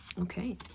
okay